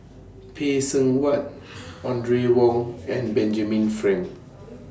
Phay Seng Whatt Audrey Wong and Benjamin Frank